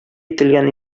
ителгән